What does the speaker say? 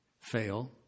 fail